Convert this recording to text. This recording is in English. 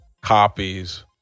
copies